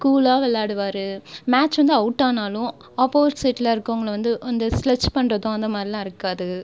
கூலாக விளையாடுவார் மேட்ச் வந்து அவுட்டானாலும் ஆப்போசிட்டில் இருக்கறவங்கள வந்து அந்த ஸ்லெட்ச் பண்ணுறதும் அந்த மாதிரிலாம் இருக்காது